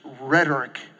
rhetoric